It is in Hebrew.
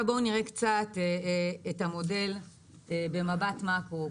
בואו נראה את המודל במבט מקרו.